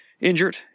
injured